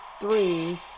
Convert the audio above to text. three